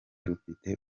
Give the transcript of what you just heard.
rufite